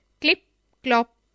Clip-clop